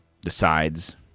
decides